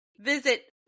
visit